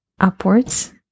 upwards